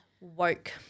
Woke